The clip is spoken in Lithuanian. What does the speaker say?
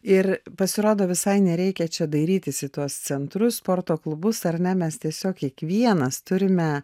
ir pasirodo visai nereikia čia dairytis į tuos centrus sporto klubus ar ne mes tiesiog kiekvienas turime